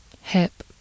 hip